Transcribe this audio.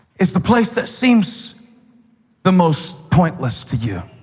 is the place that seems the most pointless to you.